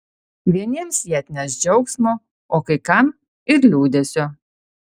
vieniems jie atneš džiaugsmo o kai kam ir liūdesio